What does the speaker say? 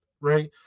right